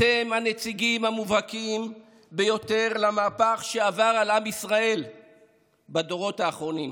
אתם הנציגים המובהקים ביותר למהפך שעבר על עם ישראל בדורות האחרונים,